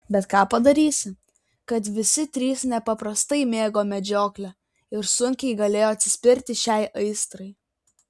bet ką padarysi kad visi trys nepaprastai mėgo medžioklę ir sunkiai galėjo atsispirti šiai aistrai